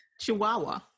chihuahua